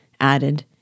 added